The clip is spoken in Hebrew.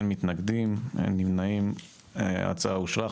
הצבעה אושר אין מתנגדים, אין נמנעים, ההצעה אושרה.